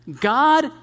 God